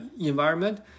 environment